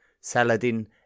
Saladin